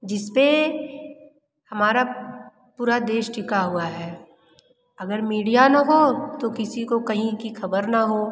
जिस पर हमारा पूरा देश टिका हुआ है अगर मीडिया ना हो तो किसी को कहीं की ख़बर ना हो